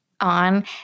on